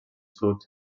sud